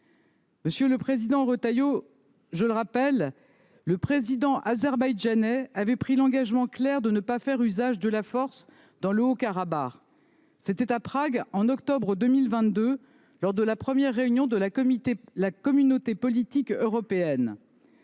Monsieur le président Retailleau, je le rappelle : le président azerbaïdjanais avait pris l’engagement clair de ne pas faire usage de la force dans le Haut-Karabagh. C’était à Prague, au mois d’octobre 2022, lors de la première réunion de la Communauté politique européenne.